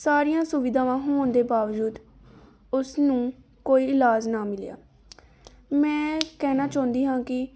ਸਾਰੀਆਂ ਸੁਵਿਧਾਵਾਂ ਹੋਣ ਦੇ ਬਾਵਜੂਦ ਉਸ ਨੂੰ ਕੋਈ ਇਲਾਜ ਨਾ ਮਿਲਿਆ ਮੈਂ ਕਹਿਣਾ ਚਾਹੁੰਦੀ ਹਾਂ ਕਿ